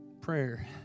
prayer